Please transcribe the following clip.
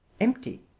empty